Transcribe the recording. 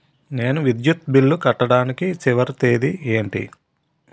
నేను విద్యుత్ బిల్లు కట్టడానికి చివరి తేదీ ఏంటి?